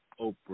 Oprah